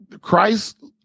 Christ